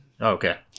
Okay